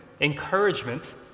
encouragement